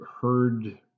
heard